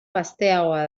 gazteagoa